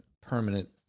permanent